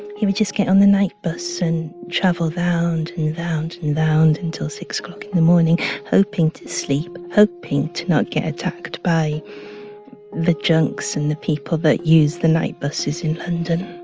he would just get on the night bus and travel round and round and round until six o'clock in the morning hoping to sleep, hoping to not get attacked by the junks and the people that use the night buses in london